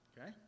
Okay